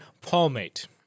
Palmate